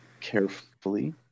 carefully